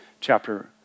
chapter